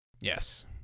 Yes